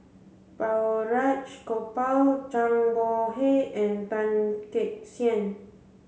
Balraj Gopal Zhang Bohe and Goh Teck Sian